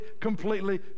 completely